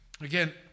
Again